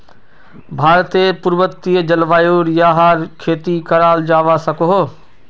भारतेर पर्वतिये जल्वायुत याहर खेती कराल जावा सकोह